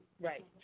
Right